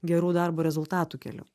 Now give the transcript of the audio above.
gerų darbo rezultatų keliu